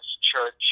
Church